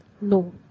no